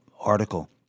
article